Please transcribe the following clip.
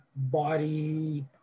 body